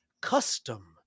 custom